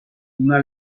una